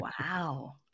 wow